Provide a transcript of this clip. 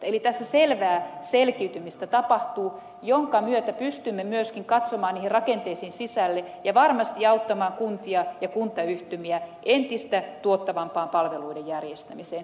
eli tässä selvää selkiytymistä tapahtuu jonka myötä pystymme myöskin katsomaan niihin rakenteisiin sisälle ja varmasti auttamaan kuntia ja kuntayhtymiä entistä tuottavampaan palveluiden järjestämiseen